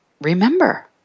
remember